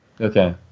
Okay